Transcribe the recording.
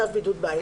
צו בידוד בית),